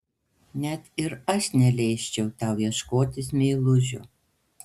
net ir aš neleisčiau tau ieškotis meilužio